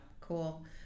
Cool